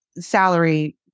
salary